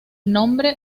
nombre